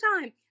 time